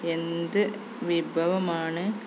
എന്ത് വിഭവമാണ്